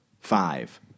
Five